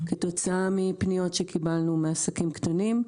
כתוצאה מפניות שקיבלנו מעסקים קטנים.